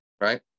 Right